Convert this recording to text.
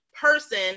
person